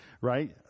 right